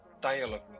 dialogue